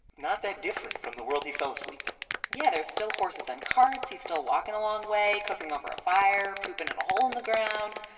not that different from the world he fell asleep in yeah. there's still horses and carts. he's still walking a long way, cooking over a fire, pooping in a hole in the ground.